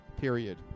period